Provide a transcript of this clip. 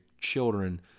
children